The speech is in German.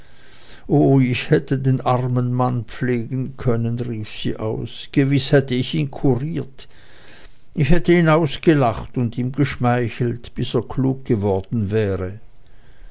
oh hätte ich den armen mann pflegen können rief sie aus gewiß hätte ich ihn kuriert ich hätte ihn ausgelacht und ihm geschmeichelt bis er klug geworden wäre